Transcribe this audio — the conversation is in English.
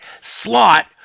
slot